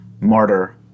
martyr